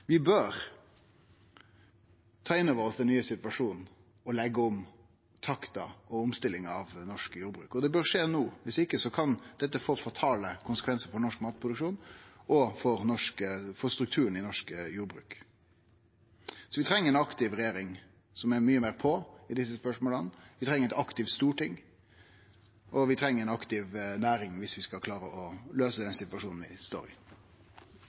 omstillinga av norsk jordbruk. Det bør skje no. Viss ikkje kan dette få fatale konsekvensar for norsk matproduksjon og for strukturen i norsk jordbruk. Så vi treng ei aktiv regjering som er mykje meir på i desse spørsmåla. Vi treng eit aktivt storting, og vi treng ei aktiv næring dersom vi skal klare å løyse den situasjonen vi står i.